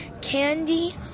candy